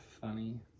funny